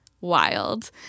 wild